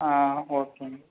ஆ ஓகேங்க